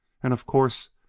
and, of course,